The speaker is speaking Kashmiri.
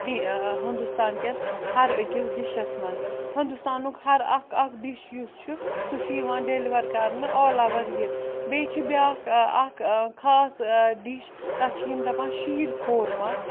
ہِندوستانکٮ۪ن ہَر أکِس ڈِشَس منٛز ہِندُستانُک ہَر اَکھ اَکھ ڈِش یُس چھُ سُہ چھُ یِوان ڈیٚلِوَر کَرنہٕ آل اوٚوَر یہِ بیٚیہِ چھِ بیاکھ اَکھ خاص ڈِش تَتھ چھِ یِم دَپان شیٖر خوٗرما